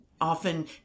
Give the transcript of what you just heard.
often